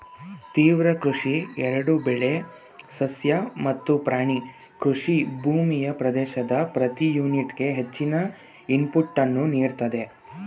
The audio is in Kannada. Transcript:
ತೀವ್ರ ಕೃಷಿ ಎರಡೂ ಬೆಳೆ ಸಸ್ಯ ಮತ್ತು ಪ್ರಾಣಿ ಕೃಷಿ ಭೂಮಿಯ ಪ್ರದೇಶದ ಪ್ರತಿ ಯೂನಿಟ್ಗೆ ಹೆಚ್ಚಿನ ಇನ್ಪುಟನ್ನು ನೀಡ್ತದೆ